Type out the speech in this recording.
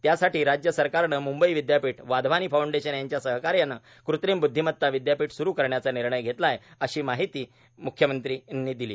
त्यासाठीच राज्य सरकारनं मंबई विदयापीठ वाधवानी फाऊंडेशन यांच्या सहकार्यानं कृत्रिम ब्द्विमत्ता विद्यापीठ स्रू करण्याचा निर्णय घेतला आहे अशी माहिती म्क्यामंत्र्यानी दिली